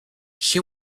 she